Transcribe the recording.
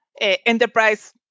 enterprise